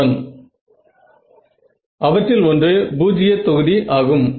மாணவன் அவற்றில் ஒன்று 0 தொகுதி ஆகும்